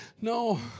No